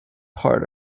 part